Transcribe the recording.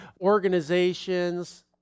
organizations